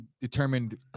determined